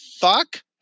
fuck